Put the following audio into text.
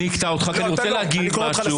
אני אקטע אותך, כי אני רוצה להגיד משהו.